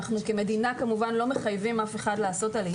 אנחנו כמדינה כמובן לא מחייבים אף אחד לעשות עלייה.